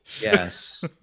Yes